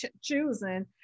choosing